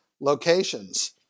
locations